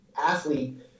athlete